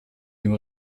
dem